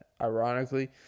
Ironically